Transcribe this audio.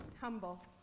Humble